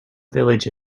village